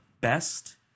best